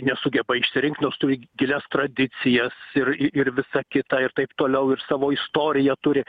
nesugeba išsirinkt nors turi gilias tradicijas ir ir visa kita ir taip toliau ir savo istoriją turi